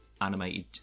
animated